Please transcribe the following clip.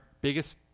biggest